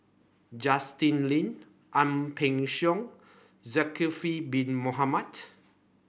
Justin Lean Ang Peng Siong Zulkifli Bin Mohamed